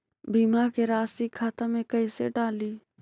बीमा के रासी खाता में कैसे डाली?